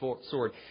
sword